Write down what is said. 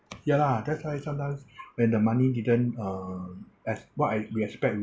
ya lah that's why sometimes when the money didn't uh as what I we expect